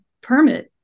permit